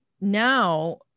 Now